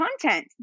content